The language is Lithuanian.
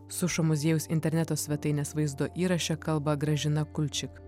sušo muziejaus interneto svetainės vaizdo įraše kalba gražina kulčik